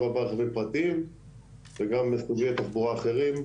הבא יהיו רכבים פרטיים וגם סוגי תחבורה אחרים.